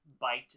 Bite